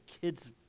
kids